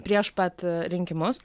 prieš pat rinkimus